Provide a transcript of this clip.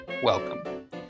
welcome